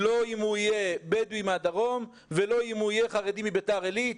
לא אם הוא יהיה בדואי מהדרום ולא אם הוא יהיה חרדי מבית"ר עילית.